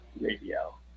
Radio